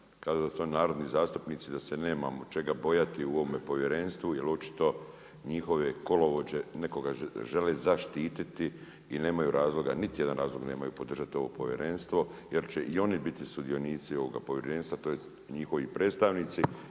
kazao da su oni narodni zastupnici da se nemamo čega bojati u ovome povjerenstvu, jer očito njihove kolovođe nekoga žele zaštiti i nemaj razloga, niti jedan razlog nemaju podržati ovo povjerenstvo, jer će i oni biti sudionici ovoga povjerenstva, tj. njihovi predstavnici